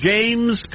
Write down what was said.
James